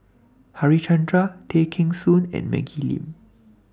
Harichandra Tay Kheng Soon and Maggie Lim